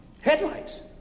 Headlights